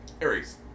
Aries